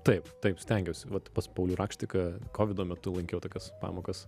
taip taip stengiausi vat pas paulių rakštiką kovido metu lankiau tokias pamokas